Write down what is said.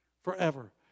Forever